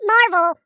Marvel